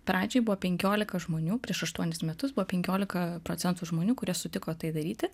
pradžioj buvo penkiolika žmonių prieš aštuonis metus buvo penkiolika procentų žmonių kurie sutiko tai daryti